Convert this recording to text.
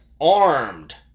armed